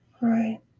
right